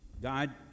God